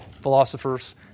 philosophers